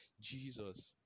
Jesus